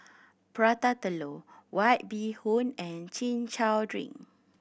Prata Telur White Bee Hoon and Chin Chow drink